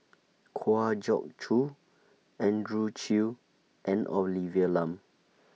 Kwa Geok Choo Andrew Chew and Olivia Lum